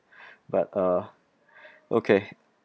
but uh okay